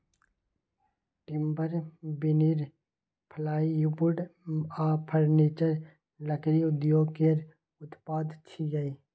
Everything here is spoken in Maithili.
टिम्बर, बिनीर, प्लाईवुड आ फर्नीचर लकड़ी उद्योग केर उत्पाद छियै